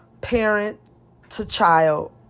parent-to-child